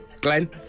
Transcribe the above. Glenn